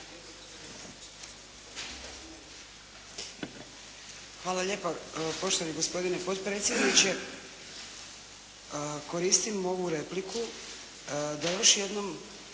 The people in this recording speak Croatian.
Hvala lijepa poštovani gospodine potpredsjedniče. Koristim ovu repliku da još jednom